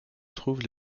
trouvent